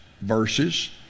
verses